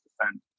defend